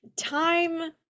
time